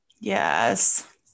Yes